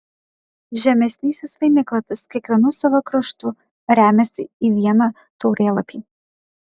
žemesnysis vainiklapis kiekvienu savo kraštu remiasi į vieną taurėlapį